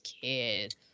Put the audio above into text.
kid –